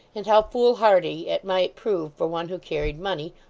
and how foolhardy it might prove for one who carried money,